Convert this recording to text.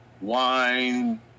wine